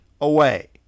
away